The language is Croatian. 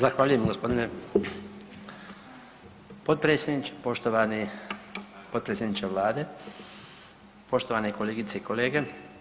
Zahvaljujem g. potpredsjedniče, poštovani potpredsjedniče, poštovane kolegice i kolege.